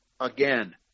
again